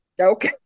okay